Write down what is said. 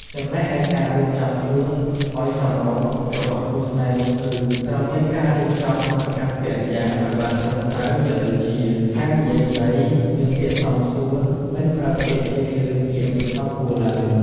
ចំណែកឯការរៀបចំខ្លួនឱ្យសមរម្យរបស់គូរស្នេហ៍នោះគឺ ត្រូវមានការរៀបចំអាកប្បកិរិយាឱ្យបានត្រឹមត្រូវមានដូចជា ការនិយាយស្តី មានពាក្យសមសួន មិនប្រើពាក្យជេឬពាក្យមិនសមគួរឡើយ។